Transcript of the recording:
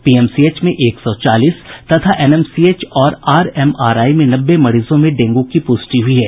PMCH में एक सौ चालीस तथा एनएमसीएच और आरएमआरआई में नब्बे मरीजों में डेंगू की पुष्टि हुयी है